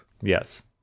Yes